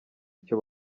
icyo